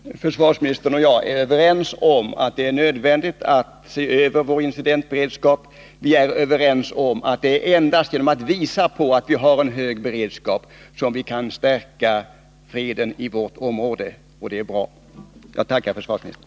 Herr talman! Försvarsministern och jag är överens om att det är nödvändigt att se över vår incidentberedskap, och vi är överens om att det endast är genom att visa att vi har en hög beredskap som vi kan stärka freden i vårt område. Det är bra, och jag tackar försvarsministern.